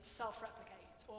self-replicate